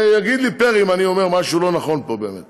יגיד לי פרי אם אני אומר משהו לא נכון פה באמת